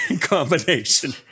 combination